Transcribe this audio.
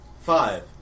Five